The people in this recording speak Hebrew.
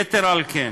יתר על כן,